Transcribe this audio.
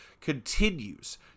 continues